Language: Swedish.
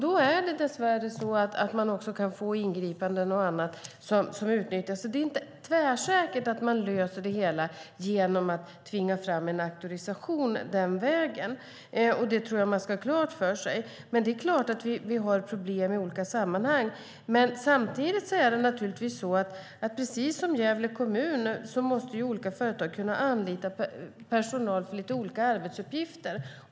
Då är det dess värre så att man också kan få ingripanden och annat som utnyttjas. Det är inte tvärsäkert att man löser det hela genom att tvinga fram en auktorisation den vägen. Det tror jag att man ska ha klart för sig. Det är klart att vi har problem i olika sammanhang. Men samtidigt är det naturligtvis så att precis som Gävle kommun måste olika företag kunna anlita personal för lite olika arbetsuppgifter.